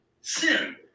sin